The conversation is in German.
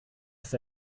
ist